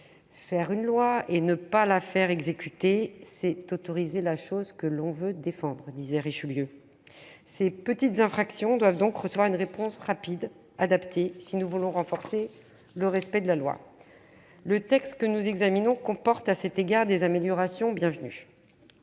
« Faire une loi et ne pas la faire exécuter, c'est autoriser la chose qu'on veut défendre », disait Richelieu. Ces petites infractions doivent donc recevoir une réponse rapide et adaptée si nous voulons accroître le respect de la loi. Le texte que nous examinons comporte à cet égard des améliorations bienvenues.